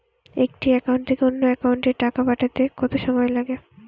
একটি একাউন্ট থেকে অন্য একাউন্টে টাকা পাঠাতে কত সময় লাগে?